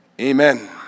Amen